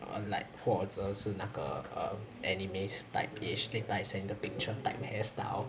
uh like 或者是那个 anime type ish later I send the picture type hair style